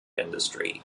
industry